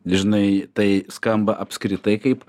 dažnai tai skamba apskritai kaip